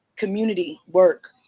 community work.